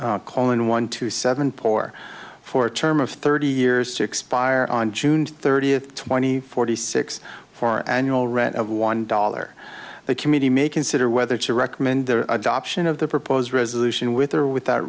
call in one to seven por for a term of thirty years to expire on june thirtieth twenty forty six for our annual rent of one dollar the committee may consider whether to recommend their adoption of the proposed resolution with or without